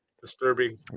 disturbing